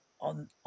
on